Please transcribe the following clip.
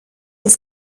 his